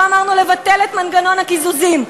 לא אמרנו שיש לבטל את מנגנון הקיזוזים,